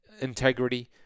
integrity